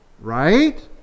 right